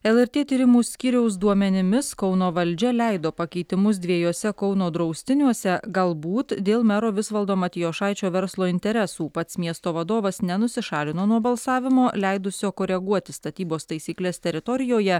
lrt tyrimų skyriaus duomenimis kauno valdžia leido pakeitimus dviejuose kauno draustiniuose galbūt dėl mero visvaldo matijošaičio verslo interesų pats miesto vadovas nenusišalino nuo balsavimo leidusio koreguoti statybos taisykles teritorijoje